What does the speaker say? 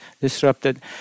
disrupted